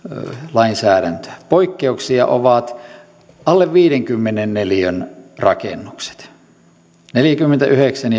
lainsäädäntöä poikkeuksia ovat alle viidenkymmenen neliön rakennukset neljäkymmentäyhdeksän